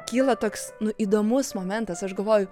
kyla toks įdomus momentas aš galvoju